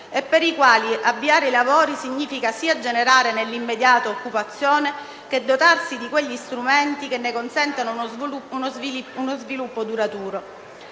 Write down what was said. e per i quali avviare i lavori significa, sia generare nell'immediato occupazione, che dotarsi di strumenti che ne consentano uno sviluppo duraturo.